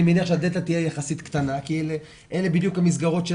מניח שהדלתא תהיה יחסית קטנה כי אלה בדיוק המסגרות של